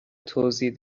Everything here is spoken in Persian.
توضیح